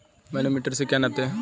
Manometer से क्या नापते हैं?